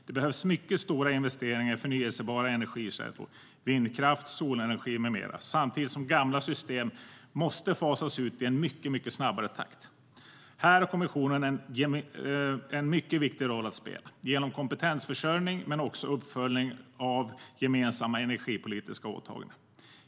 Det behövs mycket stora investeringar i förnybara energikällor - vindkraft, solenergi med mera - samtidigt som gamla system måste fasas ut i en mycket snabbare takt. Här har kommissionen en mycket viktig roll att spela genom kompetensförsörjning men också genom uppföljning av gemensamma energipolitiska åtaganden.